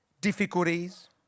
difficulties